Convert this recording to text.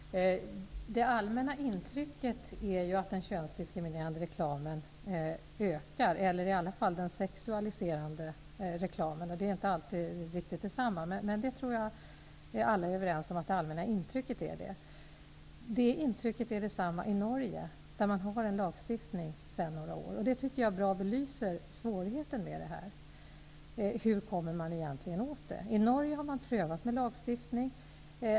Herr talman! Det allmänna intrycket är ju att den könsdiskriminerande reklamen ökar. Det gäller i varje fall för den sexualiserande reklamen, vilket inte alltid är riktigt detsamma. Man har samma intryck i Norge, där man sedan några år tillbaka har en lagstiftning. Jag tycker att detta bra belyser svårigheterna att över huvud taget komma åt denna typ av reklam.